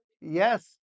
yes